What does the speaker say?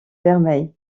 vermeil